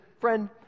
Friend